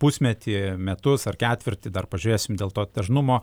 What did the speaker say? pusmetį metus ar ketvirtį dar pažiūrėsim dėl to dažnumo